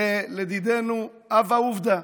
הרי בדידנו הווה עובדא,